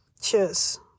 Cheers